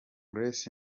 grace